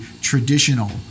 traditional